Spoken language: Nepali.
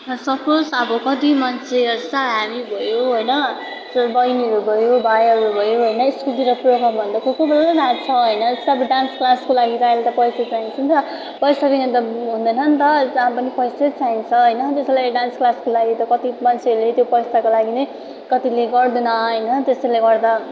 सपोज अब कति मान्छे जस्तै हामी भयो होइन बहिनीहरू भयो भाइहरू भयो होइन स्कुलतिर प्रोग्राम हुँदा कोही कोही बेला नाच्छ होइन जस्तै अब डान्स क्लासको लागि त अहिले त पैसा चाहिन्छ नि त पैसाबिना त हुँदैन नि त जहाँ पनि पैसै चाहिन्छ होइन त्यसको लागि डान्स क्लासको लागि त कति मान्छेहरूले त्यो पैसाको लागि नै कतिले गर्दैन होइन त्यसैले गर्दा